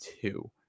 two